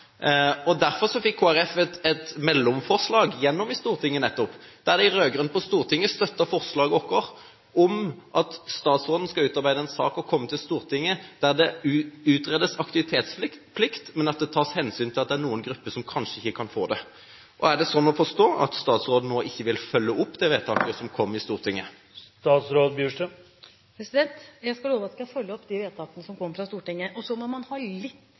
Derfor fikk Kristelig Folkeparti igjennom et mellomforslag i Stortinget nettopp, der de rød-grønne støttet forslaget vårt om at statsråden skal utarbeide en sak og komme til Stortinget med en utredning om aktivitetsplikt, men som tar hensyn til at det er noen grupper som kanskje ikke kan få det. Er det sånn å forstå at statsråden nå ikke vil følge opp det vedtaket som kom i Stortinget? Jeg skal love at jeg skal følge opp de vedtakene som kommer fra Stortinget. Så må man ha litt